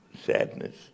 sadness